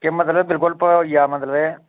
केह् मतलब बिल्कुल होइया मतलब